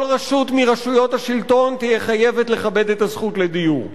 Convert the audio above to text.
כל רשות מרשויות השלטון תהיה חייבת לכבד את הזכות לדיור.